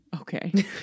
okay